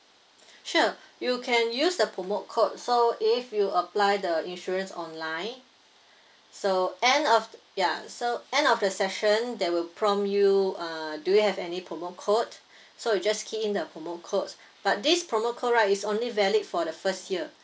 sure you can use the promote code so if you apply the insurance online so end of ya so end of the session they will prompt you uh do you have any promo code so you just key in the promote code but this promote code right is only valid for the first year